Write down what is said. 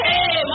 Hey